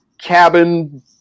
cabin